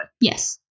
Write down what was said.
Yes